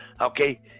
Okay